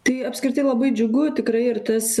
tai apskritai labai džiugu tikrai ir tas